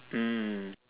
mm